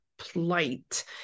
plight